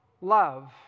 love